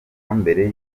mbere